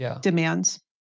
demands